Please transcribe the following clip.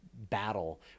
battle